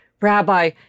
Rabbi